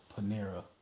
Panera